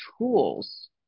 tools